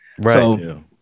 right